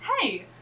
hey